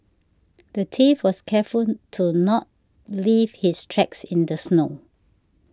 the thief was careful to not leave his tracks in the snow